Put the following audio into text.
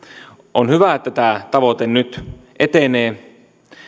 on hyvä että tämä tavoite nyt etenee